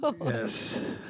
Yes